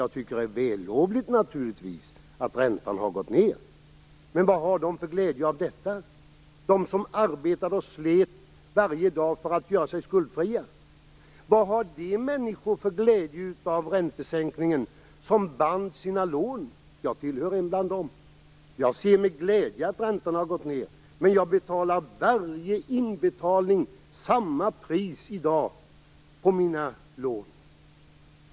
Jag tycker naturligtvis att det är vällovligt att räntan har gått ned, men vad har de för glädje av detta? De arbetade och slet varje dag för att göra sig skuldfria. Vad har de människor som band sina lån för glädje av räntesäkningen? Jag tillhör dem. Jag ser med glädje att räntorna har gått ned. Men jag betalar samma pris i dag vid varje inbetalning på mina lån.